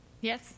Yes